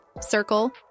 Circle